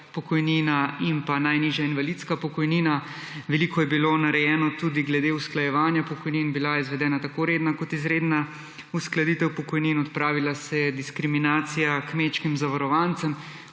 in najnižja invalidska pokojnina. Veliko je bilo narejeno tudi glede usklajevanja pokojnin. Bila je izvedena tako redna kot izredna uskladitev pokojnin. Odpravila se je diskriminacija kmečkim zavarovancem.